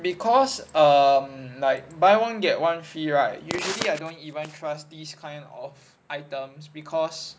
because um like buy one get one free right usually I don't even trust these kind of items because